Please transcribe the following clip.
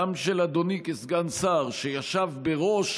גם של אדוני כסגן שר שישב בראש